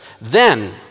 Then